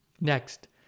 Next